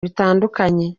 bitandukanye